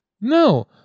No